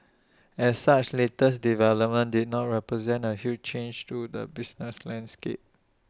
as such latest development did not represent A huge change to the business landscape